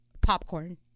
popcorn